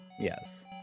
Yes